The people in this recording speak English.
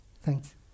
Thanks